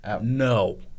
no